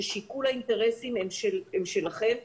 ששיקול האינטרסים הם שלכם,